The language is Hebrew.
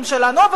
אבל הוא לא רוצה,